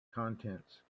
content